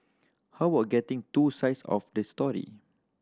how about getting two sides of the story